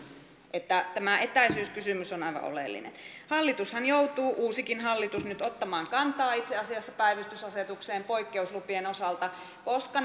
tämä etäisyyskysymys on aivan oleellinen hallitushan joutuu uusikin hallitus nyt ottamaan kantaa itse asiassa päivystysasetukseen poikkeuslupien osalta koska